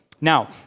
Now